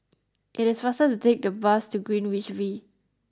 it is faster to take the bus to Greenwich V